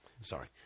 sorry